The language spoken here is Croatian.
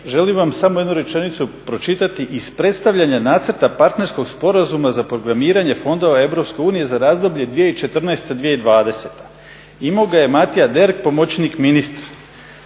želim vam samo jednu rečenicu pročitati. Iz predstavljanja Nacrta partnerskog sporazuma za programiranje fondova EU za razdoblje 2014., 2020. Imao ga je Matija …/Govornik se